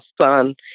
son